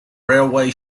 railway